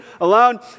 alone